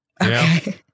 Okay